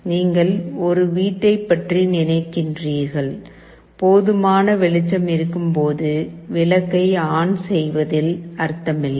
நீங்கள் ஒரு வீட்டைப் பற்றி நினைக்கிறீர்கள் போதுமான வெளிச்சம் இருக்கும் போது விளக்கை ஆன் செய்வதில் அர்த்தமில்லை